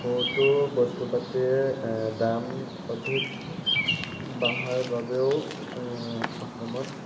বহুতো বস্তু পাতিৰ দাম অধিক বঢ়াৰ বাবেও অসমত